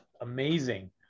amazing